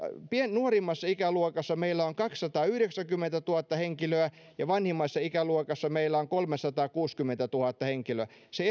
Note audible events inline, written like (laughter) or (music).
nuorimmassa ikäluokassa meillä on kaksisataayhdeksänkymmentätuhatta henkilöä ja vanhimmassa ikäluokassa meillä on kolmesataakuusikymmentätuhatta henkilöä se (unintelligible)